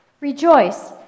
Rejoice